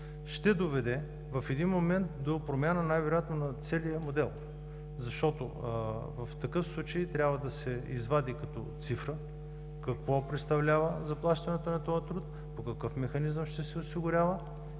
ще доведе до промяна най-вероятно на целия модел, защото в такъв случай трябва да се извади като цифра какво представлява заплащането на този труд, по какъв механизъм ще се осигурява,